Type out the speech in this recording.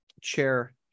chair